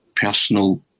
personal